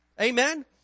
Amen